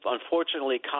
Unfortunately